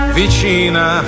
vicina